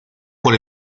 por